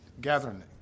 gathering